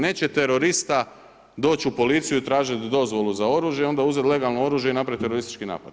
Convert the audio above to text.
Neće terorista doć u policiju i tražit dozvolu za oružje onda uzet legalno oružje i napraviti teroristički napad.